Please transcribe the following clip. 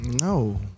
No